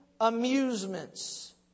amusements